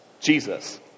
Jesus